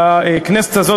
בכנסת הזאת,